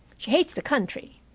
she hates the country.